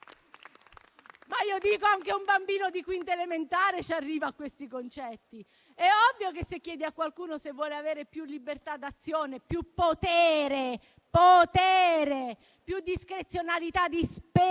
Penso che anche un bambino di quinta elementare arrivi a capire questi concetti. Se si chiede a qualcuno se vuole avere più libertà d'azione, più potere, più discrezionalità di spesa